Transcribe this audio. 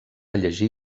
llegir